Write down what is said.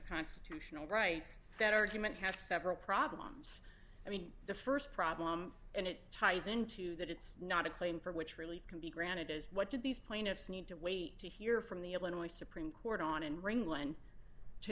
constitutional rights that argument has several problems i mean the st problem and it ties into that it's not a claim for which relief can be granted as what do these plaintiffs need to wait to hear from the illinois supreme court on and ring